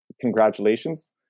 congratulations